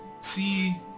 see